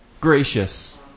gracious